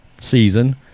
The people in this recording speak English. season